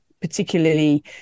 particularly